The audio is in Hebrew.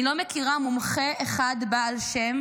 אני לא מכירה מומחה אחד בעל שם